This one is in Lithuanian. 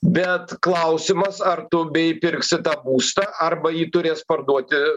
bet klausimas ar tu beįpirksi tą būstą arba jį turės parduoti